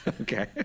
Okay